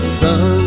sun